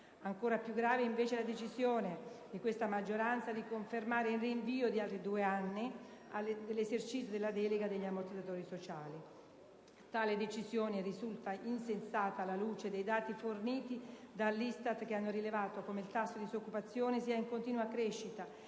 Ancora più grave è invece la decisione della maggioranza di confermare il rinvio di altri due anni dell'esercizio della delega degli ammortizzatori sociali. Tale decisione risulta insensata alla luce dei dati forniti dall'ISTAT, che hanno rilevato come il tasso di disoccupazione sia in continua crescita